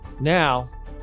Now